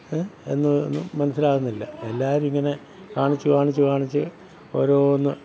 എന്ന് മനസ്സിലാകുന്നില്ല എല്ലാവരും ഇങ്ങനെ കാണിച്ച് കാണിച്ച് കാണിച്ച് ഓരോന്ന്